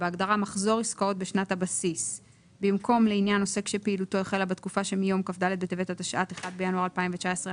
- בהגדרה מוסד ציבורי, במקום "שליש מהכנסתו" יבוא